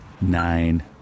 nine